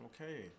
Okay